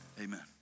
Amen